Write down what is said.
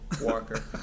Walker